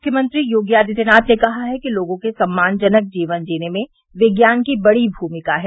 मुख्यमंत्री योगी आदित्यनाथ ने कहा है कि लोगों के सम्मानजनक जीवन जीने में विज्ञान की बड़ी भूमिका है